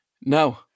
No